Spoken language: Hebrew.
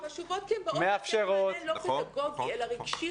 מאפשרות --- חשובות כי הן באות לתת מענה לא פדגוגי אלא רגשי-חברתי.